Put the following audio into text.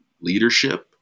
leadership